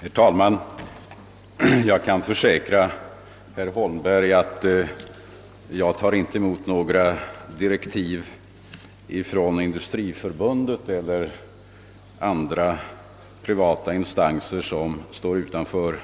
Herr talman! Jag kan försäkra herr Holmberg att jag inte tar emot direktiv från Industriförbundet eller andra instanser som står utanför departementets